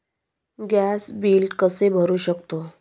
Gas bill कसे भरू शकतो?